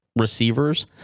receivers